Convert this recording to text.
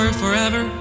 forever